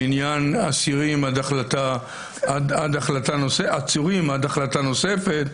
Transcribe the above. בעניין עצורים עד החלטה נוספת,